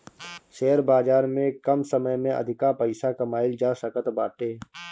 share बाजार में कम समय में अधिका पईसा कमाईल जा सकत बाटे